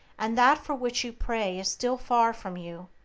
and that for which you pray is still far from you,